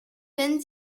wenn